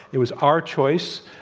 it was our choice.